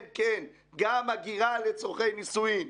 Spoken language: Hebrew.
כן, כן, גם הגירה לצורכי נישואין.